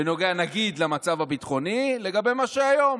נגיד, בנוגע למצב הביטחוני לגבי מה שהיום.